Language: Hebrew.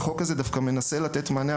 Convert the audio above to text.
החוק הזה דווקא מנסה לתת מענה.